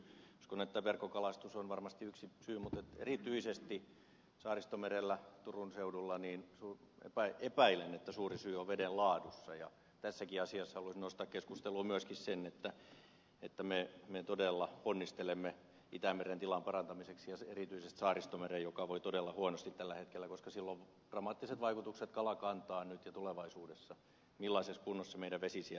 uskon että verkkokalastus on varmasti yksi syy mutta erityisesti saaristomerellä turun seudulla epäilen että suuri syy on veden laadussa ja tässäkin asiassa halusin nostaa keskusteluun myöskin sen että me todella ponnistelemme itämeren tilan parantamiseksi ja erityisesti saaristomeren joka voi todella huonosti tällä hetkellä koska sillä on dramaattiset vaikutukset kalakantaan nyt ja tulevaisuudessa millaisessa kunnossa meidän vesi siellä on